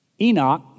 Enoch